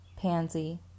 Pansy